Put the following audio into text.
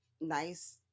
nice